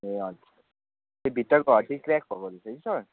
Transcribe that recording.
ए हजुर त्यो भित्रको क्र्याक भएको रहेछ कि सर